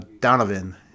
Donovan